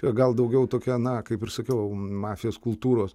jo gal daugiau tokia na kaip ir sakiau mafijos kultūros